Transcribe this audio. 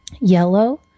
yellow